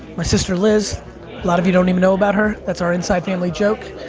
my sister liz, a lot of you don't even know about her. that's our inside family joke.